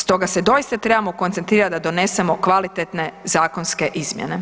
Stoga se doista trebamo koncentrirati da donesemo kvalitetne zakonske izmjene.